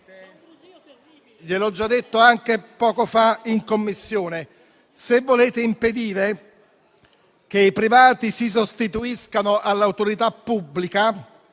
gliel'ho detto anche poco fa in Commissione: se volete impedire che i privati si sostituiscano all'autorità pubblica,